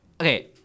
Okay